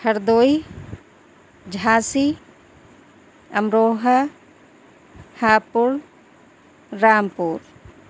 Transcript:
Hardoi Jhansi Amroha Hapur Rampur